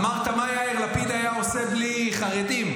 אמרת: מה יאיר לפיד היה עושה בלי חרדים?